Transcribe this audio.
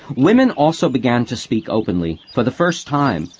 women also began to speak openly, for the first time,